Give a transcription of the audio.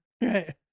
Right